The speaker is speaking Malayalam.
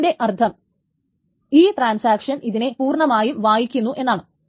അതിൻറെ അർത്ഥം ഈ ട്രാൻസാക്ഷൻ ഇതിനെ പൂർണ്ണമായും വായിക്കുന്നു എന്നാണ്